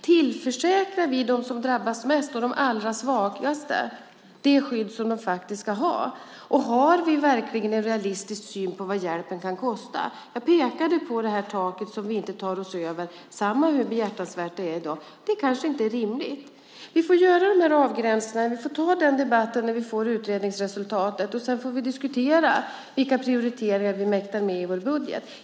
Tillförsäkrar vi dem som drabbas mest och de allra svagaste det skydd som de faktiskt ska ha? Har vi verkligen en realistisk syn på vad hjälpen kan kosta? Jag pekade på det tak som vi inte tar oss över oavsett hur behjärtansvärt det är i dag. Det kanske inte är rimligt. Vi får göra avgränsningar. Vi får ta den debatten när vi får utredningsresultatet, och sedan får vi diskutera vilka prioriteringar vi mäktar med i vår budget.